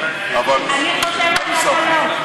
אני חושבת שאתה לא.